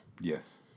Yes